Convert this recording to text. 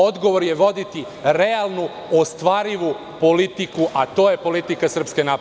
Odgovor je voditi realnu, ostvarivu politiku, a to je politika SNS.